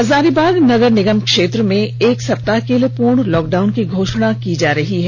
हजारीबाग नगर निगम क्षेत्र में एक सप्ताह के लिए पूर्ण लॉकडाउन की घोषणा जा रहा है